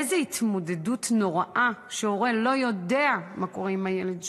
איזו התמודדות נוראה זו כשהורה לא יודע מה קורה עם הילד שלו.